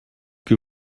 que